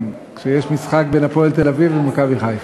כשיש משחק בין "הפועל תל-אביב" ו"מכבי חיפה".